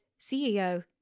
CEO